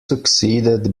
succeeded